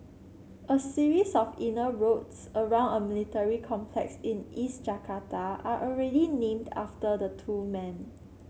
a series of inner roads around a military complex in East Jakarta are already named after the two men